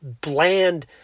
bland